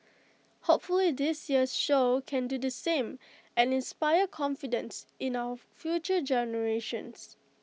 hopefully this year's show can do the same and inspire confidence in our future generations